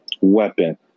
weapon